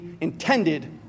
intended